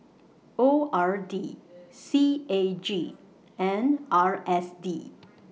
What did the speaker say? O R D C A G and R S D